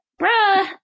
Bruh